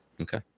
okay